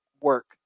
work